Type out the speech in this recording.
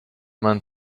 man